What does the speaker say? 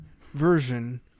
version